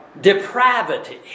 depravity